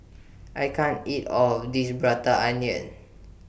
I can't eat All of This Prata Onion